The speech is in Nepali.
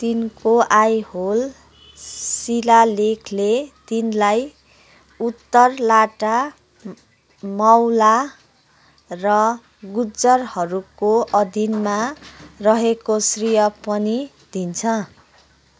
तिनको आइहोल शिलालेखले तिनलाई उत्तर लाटा मालावा र गुर्जारहरूको अधीनमा रहेको श्रेय पनि दिन्छ